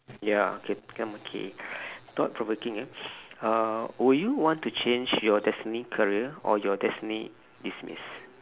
ya okay thought provoking eh uh will you want to change your destined career or your destined demise